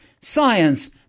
science